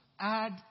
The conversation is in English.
add